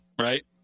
right